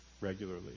regularly